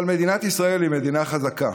אבל מדינת ישראל היא מדינה חזקה,